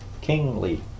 kingly